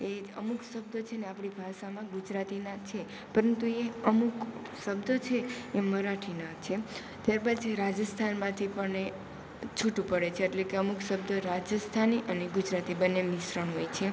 એ જ અમુક શબ્દ છે ને આપણી ભાષામાં ગુજરાતીના જ છે પરંતુ એ અમુક શબ્દ છે એ મરાઠીના છે ત્યારપછી રાજસ્થાનમાંથી પણ એ છૂટું પડે છે એટલે કે અમુક શબ્દ રાજસ્થાની અને ગુજરાતી બંને મિશ્રણ હોય છે